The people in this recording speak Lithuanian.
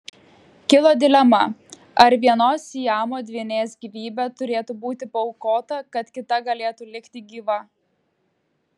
kilo dilema ar vienos siamo dvynės gyvybė turėtų būti paaukota kad kita galėtų likti gyva